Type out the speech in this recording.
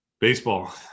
Baseball